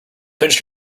pinched